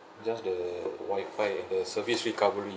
just the wifi and the service recovery